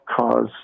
cause